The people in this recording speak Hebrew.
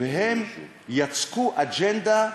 והם יצקו אג'נדה,